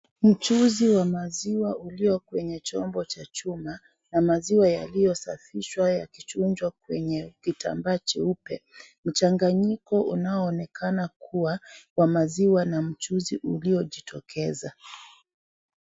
Mchuuzi wa maziwa ulio kwenye chombo cha chuma na maziwa yaliyosafishwa ya kichujwa kwenye vitambaa cheupe. Mchanganyiko unaoonekana kuwa wa maziwa na mchuzi uliojitokeza.